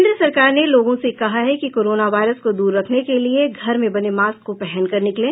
केंद्र सरकार ने लोगों से कहा है कि कोरोना वायरस को दूर रखने के लिए घर में बने मास्क को पहनकर निकलें